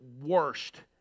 worst